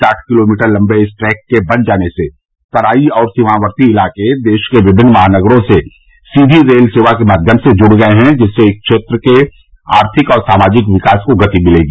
साठ किलोमीटर लम्बे इस ट्रैक के बन जाने से तराई और सीमावती इलाके देश के विभिन्न महानगरों से सीधी रेल सेवा के माध्यम से जुड़ गये हैं जिससे इस क्षेत्र के आर्थिक और सामाजिक विकास को गति मिलेगी